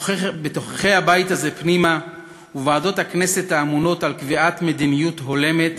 בתוככי הבית הזה ובוועדות הכנסת האמונות על קביעת מדיניות הולמת,